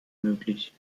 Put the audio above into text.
möglich